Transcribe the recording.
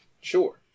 Sure